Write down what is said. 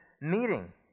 meeting